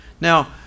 Now